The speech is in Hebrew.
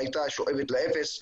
היא שואפת לאפס.